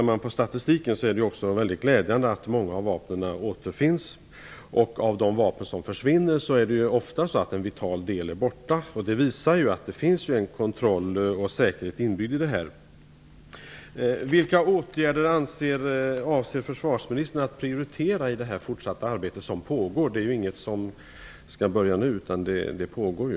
Det är väldigt glädjande att många av vapnen återfinns. I de vapen som försvinner är oftast en vital del borta. Det visar att det finns en kontroll och säkerhet inbyggd. Vilka åtgärder avser försvarsministern att prioritera i det fortsatta arbetet? Arbete pågår ju, det är inget som skall börja nu.